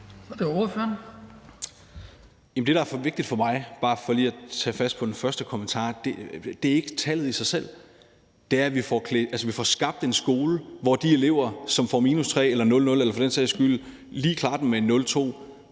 Det, der er vigtigt for mig, bare for lige at tage fat på den første kommentar, er ikke tallet i sig selv. Det er, at vi får skabt en skole, hvor de elever, som får -3 eller 00 eller for den sags skyld lige klarer den med et 02,